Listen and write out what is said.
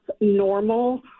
normal